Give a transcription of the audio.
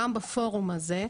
גם בפורום הזה,